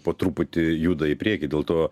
po truputį juda į priekį dėl to